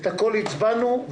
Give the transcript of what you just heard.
על הכול עברנו והצבענו.